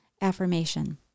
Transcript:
affirmation